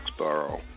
Foxborough